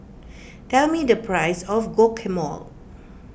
tell me the price of Guacamole